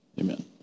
amen